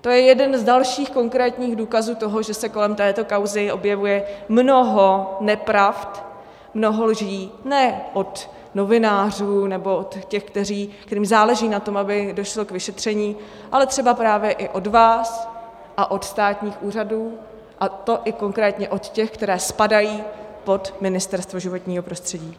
To je jeden z dalších konkrétních důkazů toho, že se kolem této kauzy objevuje mnoho nepravd, mnoho lží, ne od novinářů nebo od těch, kterým záleží na tom, aby došlo k vyšetření, ale třeba právě i od vás a od státních úřadů, a to i konkrétně od těch, které spadají pod Ministerstvo životního prostředí.